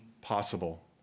possible